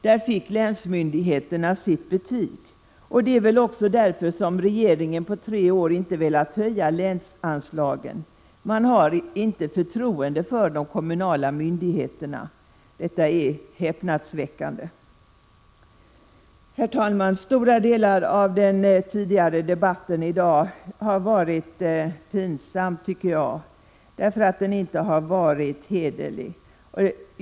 Där fick länsmyndigheterna sitt betyg. Det är väl också därför som regeringen på tre år inte velat höja länsanslagen. Den har inte förtroende för de kommunala myndigheterna. Detta är häpnadsväckande. Herr talman! Den tidigare debatten här i dag har till stora delar varit pinsam, tycker jag, därför att den inte har varit hederlig.